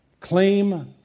claim